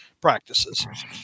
practices